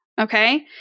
Okay